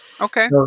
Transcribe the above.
Okay